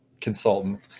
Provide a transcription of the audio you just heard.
consultant